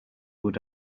would